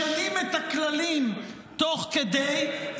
משנים את הכללים תוך כדי,